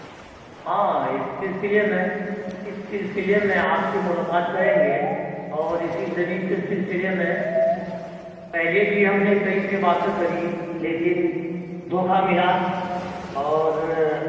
ہاں اس سلسلے میں اس سلسلے میں آپ سے ملاقات کریں گے اور اسی زمین کے سلسلے میں پہلے بھی ہم نے کئی سے بات کری لیکن دھوکا ملا اور